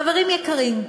חברים יקרים,